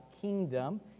kingdom